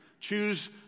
choose